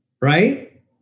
Right